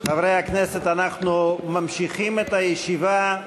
חברי הכנסת, אנחנו ממשיכים את הישיבה.